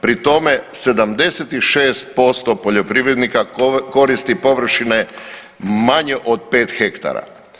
Pri tome 76% poljoprivrednika koristi površine manje od 5 ha.